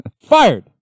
Fired